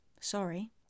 Sorry